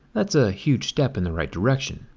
that's a huge step in the right direction.